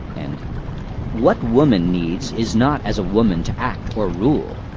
and what woman needs is not as a woman to act or rule,